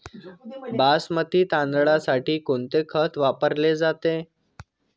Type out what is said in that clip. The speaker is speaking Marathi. बासमती तांदळासाठी कोणते खत वापरले जाते?